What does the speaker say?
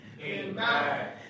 Amen